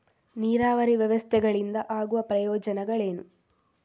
ನೀರಾವರಿ ವ್ಯವಸ್ಥೆಗಳಿಂದ ಆಗುವ ಪ್ರಯೋಜನಗಳೇನು?